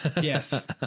Yes